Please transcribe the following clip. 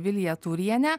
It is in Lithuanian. vilija tūriene